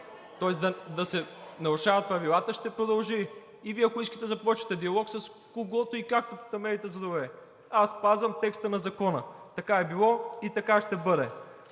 това да се нарушават правилата ще продължи и Вие, ако искате, започвайте диалог с когото и както намерите за добре. Аз спазвам текста на Закона – така е било и така ще бъде!